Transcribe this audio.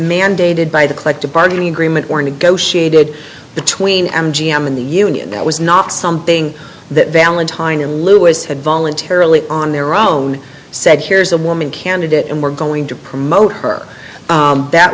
mandated by the collective bargaining agreement or negotiated between m g m and the union that was not something that valentine and louis had voluntarily on their own said here's a woman candidate and we're going to promote her that